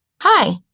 Hi